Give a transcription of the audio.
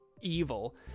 evil